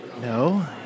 No